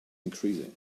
increasing